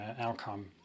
outcome